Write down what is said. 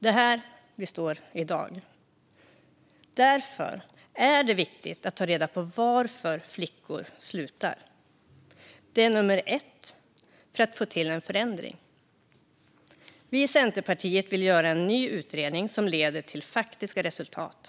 Det är här vi står i dag. Därför är det viktigt att ta reda på varför flickor slutar. Det är nummer ett när det gäller att få till stånd en förändring. Vi i Centerpartiet vill göra en ny utredning som leder till faktiska resultat.